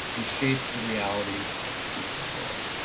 which shapes the realities of a future world.